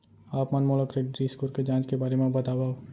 आप मन मोला क्रेडिट स्कोर के जाँच करे के बारे म बतावव?